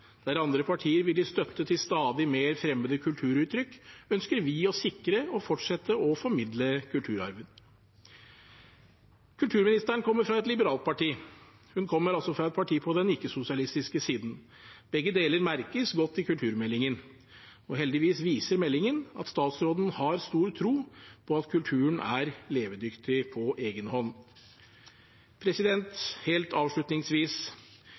Der andre partier vil gi støtte til stadig mer fremmede kulturuttrykk, ønsker vi å sikre og fortsette å formidle kulturarven. Kulturministeren kommer fra et liberalt parti, fra et parti på den ikke-sosialistiske siden. Begge deler merkes godt i kulturmeldingen, og heldigvis viser meldingen at statsråden har stor tro på at kulturen er levedyktig på egen hånd. Helt avslutningsvis: